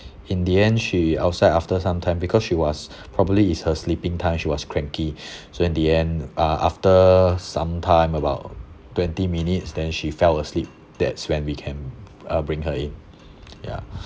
in the end she outside after some time because she was properly it's her sleeping time she was cranky so in the end uh after some time about twenty minutes then she fell asleep that's when we can uh bring her in ya